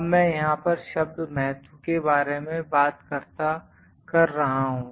अब मैं यहां पर शब्द महत्व के बारे में बात कर रहा हूं